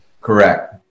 Correct